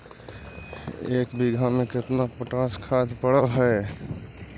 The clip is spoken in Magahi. एक बिघा में केतना पोटास खाद पड़ है?